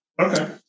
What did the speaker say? Okay